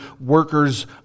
workers